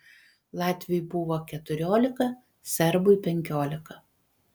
latviui buvo keturiolika serbui penkiolika